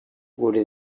gure